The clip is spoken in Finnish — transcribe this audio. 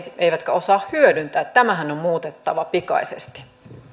eivätkä osaa hyödyntää tämähän on muutettava pikaisesti